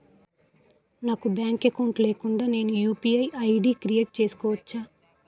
నాకు bank account లేకుండా నేను యు.పి.ఐ ఐ.డి క్రియేట్ చేసుకోవచ్చా?